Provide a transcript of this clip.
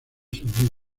sus